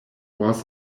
was